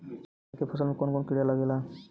धान के फसल मे कवन कवन कीड़ा लागेला?